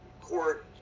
court